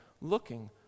looking